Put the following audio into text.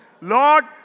Lord